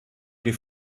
die